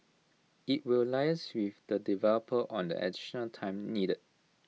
IT will liaise with the developer on the additional time needed